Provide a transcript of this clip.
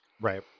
Right